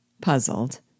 puzzled